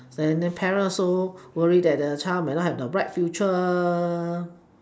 then the parent also worry that the child might not have the right future